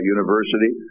University